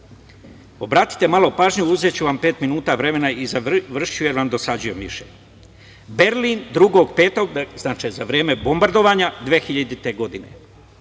pisma. Obratite malo pažnju, uzeću vam pet minuta vremena i završiću, jer vam dosađujem više. Berlin, 2. maja, za vreme bombardovanja 2000. godine,